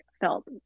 felt